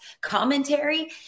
commentary